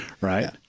Right